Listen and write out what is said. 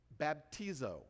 baptizo